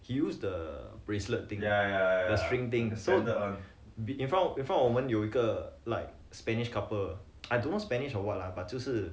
he used the bracelet thing the string thing so be in front in front of 我们有一个:wo men youyi ge like spanish couple I don't know spanish or what lah but 就是